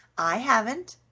i haven't,